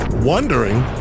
wondering